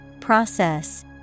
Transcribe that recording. process